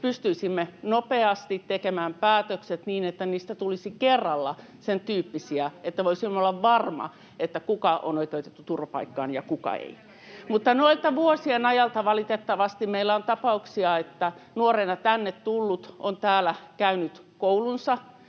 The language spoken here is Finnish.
pystyisimme nopeasti tekemään päätökset niin, että niistä tulisi kerralla sentyyppisiä, että voisimme olla varmoja siitä, kuka on oikeutettu turvapaikkaan ja kuka ei. Noiden vuosien ajalta valitettavasti meillä on tapauksia, että nuorena tänne tullut on täällä käynyt koulunsa,